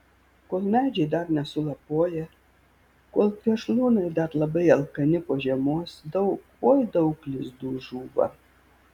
kol medžiai dar nesulapoję kol plėšrūnai dar labai alkani po žiemos daug oi daug lizdų žūva